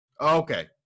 Okay